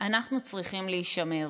אנחנו צריכים להישמר